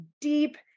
deep